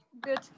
good